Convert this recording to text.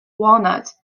walnuts